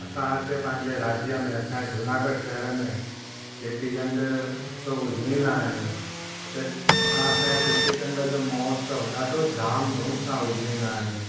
असां त पंहिंजे राज्य में असां जूनागढ़ शहर में चेटी चंडु उत्सव उजवींदा आहियूं हिते असां असांजे चेटी चंड जो महोत्सव ॾाढो धाम धूम सां उजवींदा आहियूं